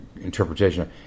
interpretation